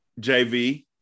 JV